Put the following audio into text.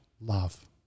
love